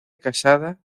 casada